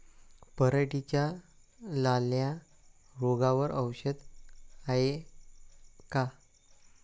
पराटीच्या लाल्या रोगावर औषध हाये का?